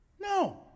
No